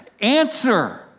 answer